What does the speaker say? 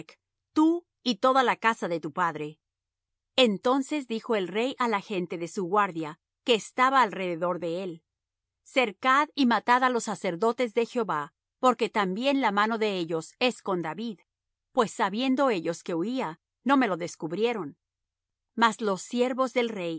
tú y toda la casa de tu padre entonces dijo el rey á la gente de su guardia que estaba alrededor de él cercad y matad á los sacerdotes de jehová porque también la mano de ellos es con david pues sabiendo ellos que huía no me lo descubrieron mas los siervos del rey